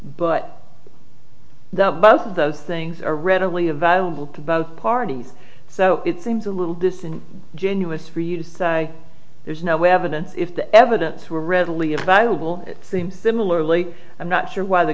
but the both of those things are readily available to both parties so it seems a little distant genuineness for use there's no evidence if the evidence were readily available it seems similarly i'm not sure why the